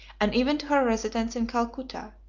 and even to her residence in calcutta.